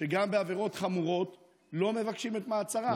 שגם בעבירות חמורות לא מבקשים את מעצרם.